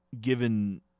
given